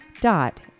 dot